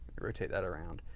rotate that around.